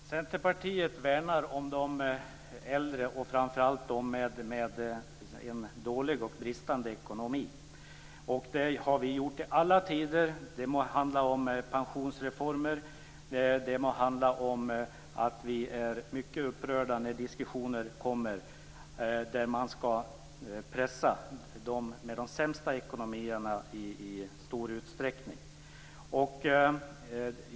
Fru talman! Centerpartiet värnar om de äldre och framför allt om dem som har en dålig eller bristande ekonomi. Det har vi gjort i alla tider. Det må handla om pensionsreformer, och det må handla om att vi blir mycket upprörda över diskussioner om att man i stor utsträckning skall pressa dem med de sämsta ekonomierna.